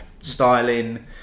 Styling